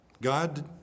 God